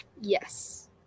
Yes